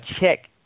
check